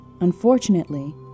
Unfortunately